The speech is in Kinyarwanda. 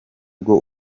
bwo